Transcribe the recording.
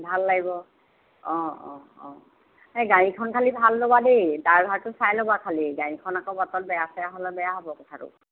ভাল লাগিব অঁ অঁ অঁ এই গাড়ীখন খালি ভাল ল'বা দেই ড্ৰাইভাৰটো চাই ল'বা খালি গাড়ীখন আকৌ বাটত বেয়া চেয়া হ'লে বেয়া হ'ব কথাটো